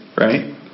right